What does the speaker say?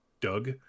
doug